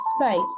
space